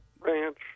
Ranch